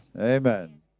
Amen